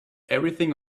everything